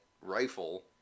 rifle